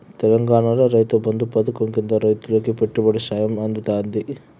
తెలంగాణాల రైతు బంధు పథకం కింద రైతులకు పెట్టుబడి సాయం అందుతాంది